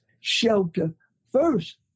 shelter-first